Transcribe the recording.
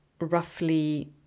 roughly